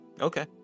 Okay